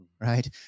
right